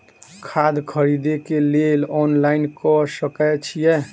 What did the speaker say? खाद खरीदे केँ लेल ऑनलाइन कऽ सकय छीयै?